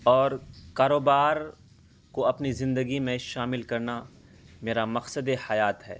اور کاروبار کو اپنی زندگی میں شامل کرنا میرا مقصد حیات ہے